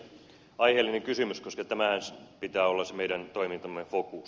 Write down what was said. aiheellinen kysymys koska tämänhän pitää olla se meidän toimintamme fokus